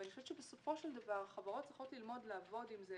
ואני חושבת שבסופו של דבר החברות צריכות ללמוד לעבוד עם זה